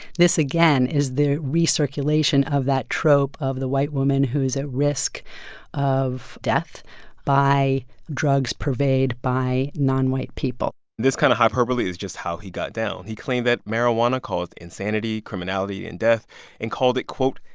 this, again, is the recirculation of that trope of the white woman who is at risk of death by drugs purveyed by nonwhite people this kind of hyperbole is just how he got down. he claimed that marijuana caused insanity, criminality and death and called it, quote,